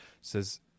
says